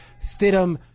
Stidham